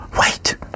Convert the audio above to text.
Wait